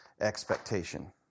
expectation